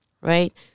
right